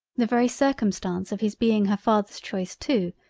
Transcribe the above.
the very circumstance of his being her father's choice too,